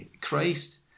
Christ